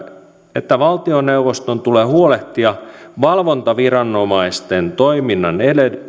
että valtioneuvoston tulee huolehtia valvontaviranomaisten toiminnan